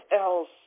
else